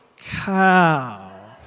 Cow